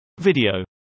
Video